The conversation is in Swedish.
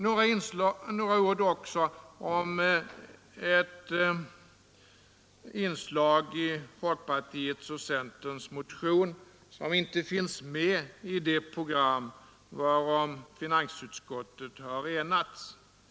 Så några ord också om ett inslag i folkpartiets och centerns motion som inte finns med i det program varom finansutskottet har enats.